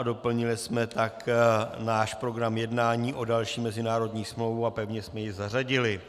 Doplnili jsme tak náš program jednání o další mezinárodní smlouvu a pevně jsme ji zařadili.